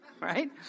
right